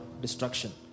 destruction